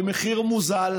במחיר מוזל,